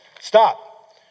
Stop